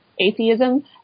atheism